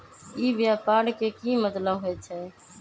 ई व्यापार के की मतलब होई छई?